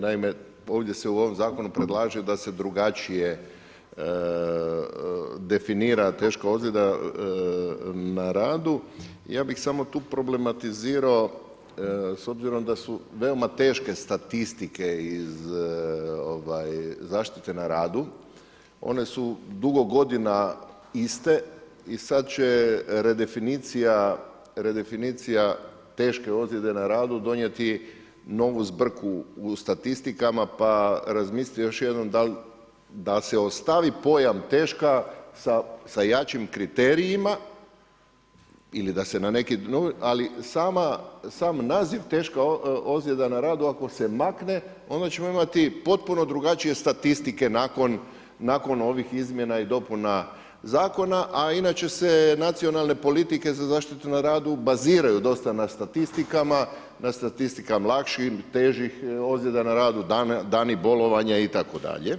Naime, ovdje se u ovom zakonu predlaže da se drugačije definira teška ozljeda na radu, ja bih samo tu problematizirao s obzirom da su veoma teške statistike iz zaštite na radu, one su dugo godina iste i sad će redefinicija teške ozljede na radu donijeti novu zbrku u statistikama, pa razmisli još jednom da se ostavi pojam teška sa jačim kriterijima ili da se neki novi, ali sam naziv teška ozljeda na radu ako se makne, onda ćemo imati potpuno drugačije statistike nakon ovih izmjena i dopuna zakona, a inače se nacionalne politike za zaštitu na radu baziraju dosta na statistikama, na statistikama lakših, težih ozljeda na radu, dani bolovanje itd.